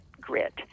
grit